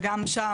וגם שם,